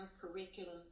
curriculum